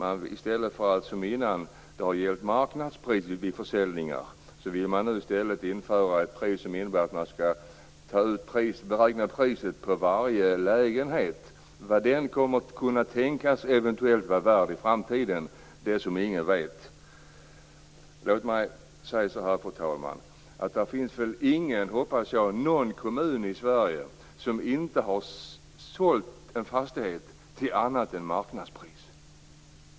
I stället för som tidigare, då marknadspriset gällde vid försäljningar, vill man nu införa ett pris som innebär att det skall beräknas på vad varje lägenhet kan tänkas vara värd i framtiden - något som ingen vet. Fru talman! Jag hoppas att det inte finns någon kommun i Sverige som har sålt en fastighet till annat pris än marknadspris.